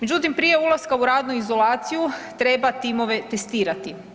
Međutim, prije ulaska u radnu izolaciju treba timove testirati.